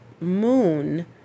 moon